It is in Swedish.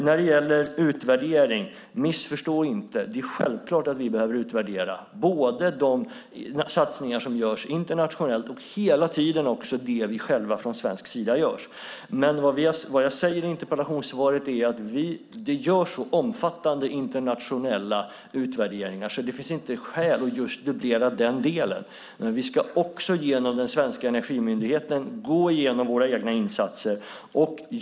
När det gäller utvärdering, missförstå mig inte! Det är självklart att vi behöver utvärdera både de satsningar som görs internationellt och dem vi själva från svensk sida gör. Vad jag säger i interpellationssvaret är att det görs så omfattande internationella utvärderingar att det inte finns skäl att studera just den delen. Vi ska genom den svenska energimyndigheten gå igenom våra egna insatser.